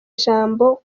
ijambo